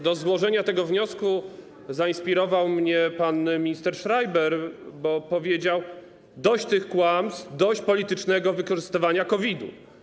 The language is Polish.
Do złożenia tego wniosku zainspirował mnie pan minister Schreiber, bo powiedział: dość tych kłamstw, dość politycznego wykorzystywania COVID-u.